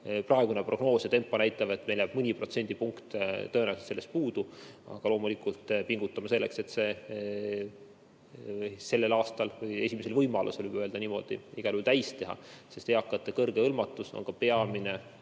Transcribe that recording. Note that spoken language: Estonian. Praegune prognoos ja tempo näitavad, et meil jääb mõni protsent tõenäoliselt sellest puudu, aga loomulikult pingutame, et see sellel aastal või esimesel võimalusel, võib öelda niimoodi, igal juhul saavutada. Sest eakate suur hõlmatus on peamine